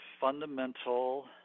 fundamental